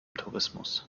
tourismus